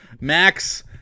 max